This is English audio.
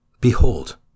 Behold